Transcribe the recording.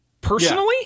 personally